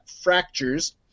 fractures